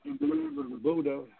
Buddha